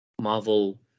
marvel